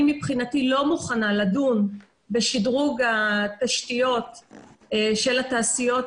אני מבחינתי לא מוכנה לדון בשדרוג התשתיות של התעשיות